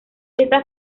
esta